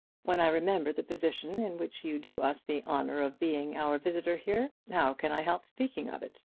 when i remember the position in which you do us the honour of being our visitor here, how can i help speaking of it?